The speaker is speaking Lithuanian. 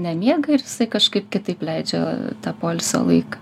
nemiega ir jisai kažkaip kitaip leidžia tą poilsio laiką